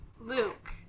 Luke